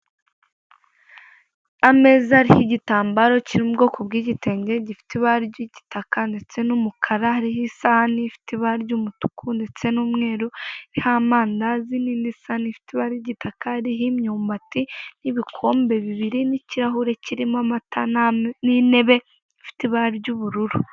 Ameza ariho igitambaro kiri mu bwoko bw'igitenge gifite ibara ry'igitaka ndetse n'umukara, hariho isaha n'ifite ibara ry'umutuku, ndetse n'umweru n'amandazi, n'indi sahani ifite ibara ry'igitaka, iriho imyumbati, ibikombe bibiri, n'ikirahure kirimo amata, n'intebe ifite ibara ry'ubururu.